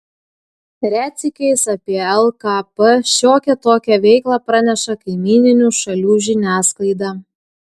retsykiais apie lkp šiokią tokią veiklą praneša kaimyninių šalių žiniasklaida